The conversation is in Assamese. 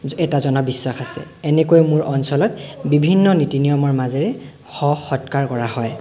জ এটা জনবিশ্বাস আছে এনেকৈ মোৰ অঞ্চলত বিভিন্ন নীতি নিয়মৰ মাজেৰে শৱ সৎকাৰ কৰা হয়